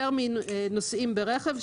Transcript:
יותר מנוסעים ברכב,